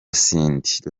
cindy